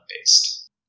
based